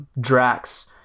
Drax